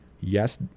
Yes